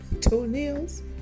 toenails